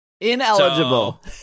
Ineligible